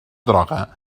droga